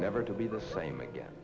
never to be the same again